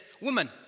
Woman